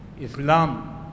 Islam